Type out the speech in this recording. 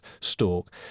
stalk